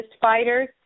fighters